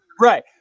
Right